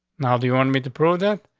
now, do you want me to pro that?